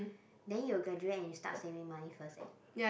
then you will graduate and you start saving money first eh